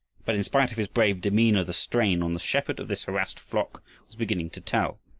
but in spite of his brave demeanor, the strain on the shepherd of this harassed flock was beginning to tell.